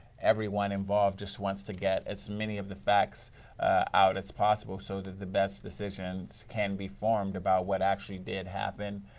everyone involved just wants to get as many of the facts out as possible. so that the best decisions can be formed about what actually did happen,